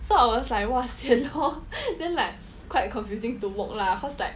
so I was like !wah! sian lor then like quite confusing to walk lah cause like